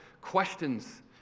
questions